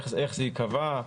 איך זה ייקבע.